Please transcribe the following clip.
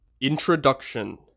Introduction